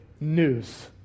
news